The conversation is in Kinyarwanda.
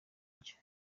nshya